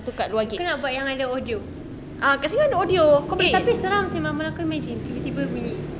ku nak buat yang ada audio tapi seram seh malam-malam kau imagine tiba-tiba bunyi